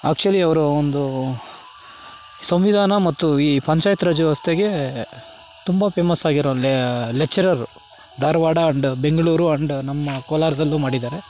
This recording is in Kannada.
ಆಕ್ಚುಲಿ ಅವರು ಒಂದು ಸಂವಿಧಾನ ಮತ್ತು ಈ ಪಂಚಾಯತ್ ರಾಜ್ ವ್ಯವಸ್ಥೆಗೆ ತುಂಬ ಫೇಮಸ್ ಆಗಿರೋ lecturer Dharwad and Bengaluru and ನಮ್ಮ ಕೋಲಾರದಲ್ಲೂ ಮಾಡಿದ್ದಾರೆ